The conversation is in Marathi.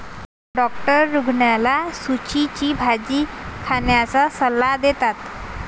डॉक्टर रुग्णाला झुचीची भाजी खाण्याचा सल्ला देतात